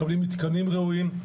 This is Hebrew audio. מקבל מתקנים ראויים.